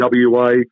WA